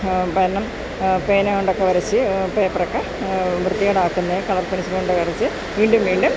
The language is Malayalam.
കാരണം പേന കൊണ്ടൊക്കെ വരച്ച് പേപ്പറൊക്കെ വൃത്തികേടാക്കുന്ന കളർ പെൻസിലുകൊണ്ട് വരച്ച് വീണ്ടും വീണ്ടും